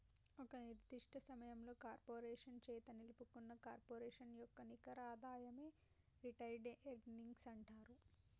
ఒక నిర్దిష్ట సమయంలో కార్పొరేషన్ చేత నిలుపుకున్న కార్పొరేషన్ యొక్క నికర ఆదాయమే రిటైన్డ్ ఎర్నింగ్స్ అంటరు